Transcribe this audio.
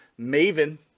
Maven